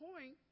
point